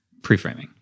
preframing